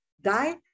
die